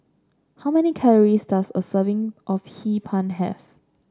how many calories does a serving of Hee Pan have